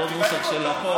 אותו נוסח של החוק,